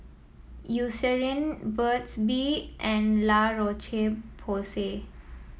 Eucerin Burt's Bee and La Roche Porsay